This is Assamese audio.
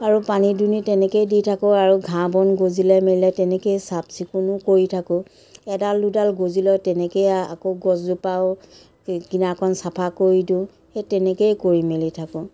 আৰু পানী দুনী তেনেকেই দি থাকোঁ আৰু ঘাঁহ বন গজিলে মেলিলে তেনেকেই চাফ চিকুণো কৰি থাকোঁ এডাল দুডাল গজিলেও তেনেকেই আকৌ গছজোপাও কিনাৰকণ চাফা কৰি দিওঁ সেই তেনেকেই কৰি মেলি থাকোঁ